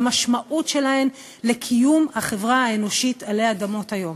במשמעות שלהן לקיום החברה האנושית עלי אדמות היום.